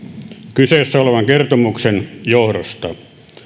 kyseessä olevan kertomuksen johdosta